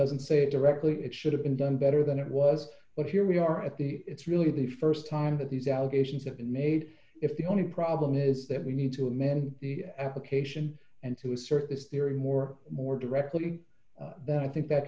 doesn't say it directly it should have been done better than it was but here we are at the it's really the st time that these allegations have been made if the only problem is that we need to amend the application and to assert this theory more and more directly that i think that